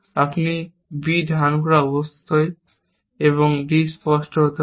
আপনি b ধারণ করা আবশ্যক এবং d স্পষ্ট হতে হবে